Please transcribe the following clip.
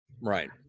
Right